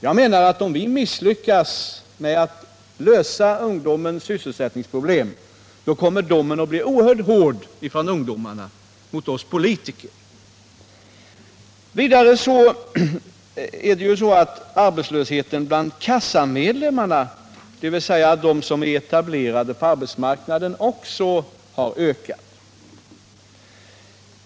Om vi misslyckas med det arbetet kommer domen från ungdomarna att bli hård mot oss politiker. Vidare är det så att arbetslösheten bland kassamedlemmarna, dvs. bland dem som är etablerade på arbetsmarknaden, också har ökat.